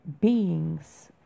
beings